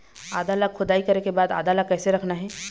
आदा ला खोदाई करे के बाद आदा ला कैसे रखना हे?